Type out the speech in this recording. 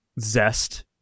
zest